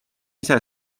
ise